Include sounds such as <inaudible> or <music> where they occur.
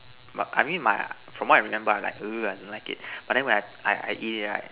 but I mean my from what I remember like <noise> but then when I eat it right